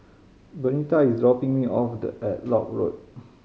Bernita is dropping me off at Lock Road